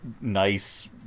nice